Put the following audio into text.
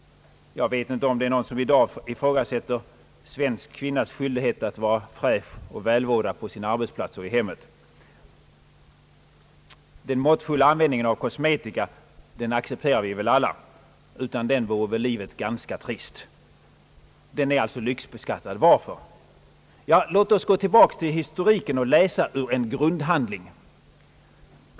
Jag vet inte om det finns någon som i dag ifrågasätter svensk kvinnas skyldighet att vara fräsch och välvårdad på sin arbetsplats och i hemmet. Den måtifulla användningen av kosmetika som väl alla accepterar — utan den vore livet ganska trist — är alltså lyxbeskattad. Varför? Ja, låt oss återvända till historiken och läsa ur en grundhandling.